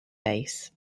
base